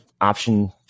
option